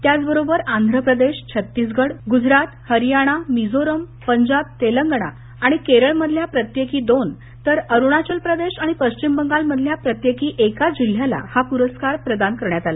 त्याचबरोबर आंध्र प्रदेश छत्तीसगड गुजरात हरियाणा मिझोरम पंजाब तेलंगण आणि केरळ मधल्या प्रत्येकी दोन तर अरुणाचल प्रदेश आणि पश्चिम बंगाल मधल्या प्रत्येकी एका जिल्ह्याला हा पुरस्कार प्रदान करण्यात आला